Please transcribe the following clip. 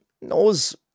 knows